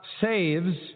saves